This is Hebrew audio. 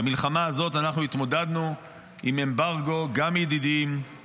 במלחמה הזאת אנחנו התמודדנו עם אמברגו גם מידידים,